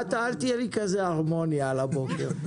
אל תהיה לי כזה הרמוני על הבוקר.